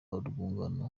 urwungano